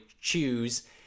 choose